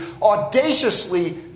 audaciously